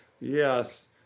yes